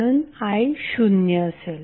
म्हणून i शुन्य असेल